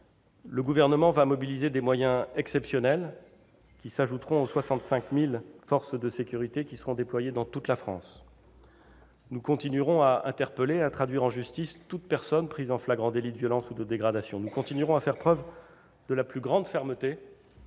le Gouvernement va mobiliser des moyens exceptionnels, qui s'ajouteront aux 65 000 forces de sécurités déployées dans toute la France. Nous continuerons à interpeller et à traduire en justice toute personne prise en flagrant délit de violences ou de dégradations. Nous continuerons à faire preuve de la plus grande fermeté.